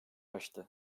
açtı